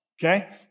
okay